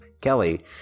Kelly